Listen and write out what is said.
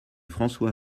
françois